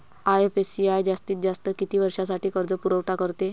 IFCI जास्तीत जास्त किती वर्षासाठी कर्जपुरवठा करते?